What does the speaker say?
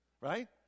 right